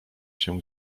się